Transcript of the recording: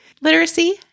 literacy